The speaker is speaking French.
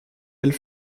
elles